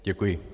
Děkuji.